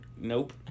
Nope